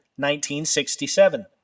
1967